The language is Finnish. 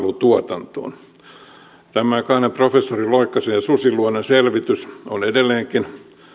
myös palvelutuotantoon tämänaikainen professori loikkasen ja professori susiluodon selvitys on edelleenkin